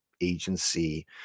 agency